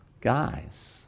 guys